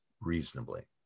reasonably